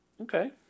Okay